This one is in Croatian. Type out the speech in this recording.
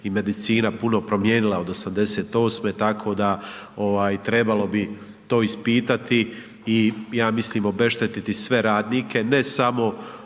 i medicina puno promijenila od '88., tako da trebalo bi to ispitati i ja mislim obeštetiti sve radnike, ne samo